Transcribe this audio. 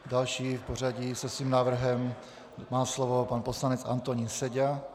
Další v pořadí se svým návrhem má slovo pan poslanec Antonín Seďa.